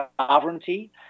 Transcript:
sovereignty